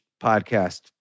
podcast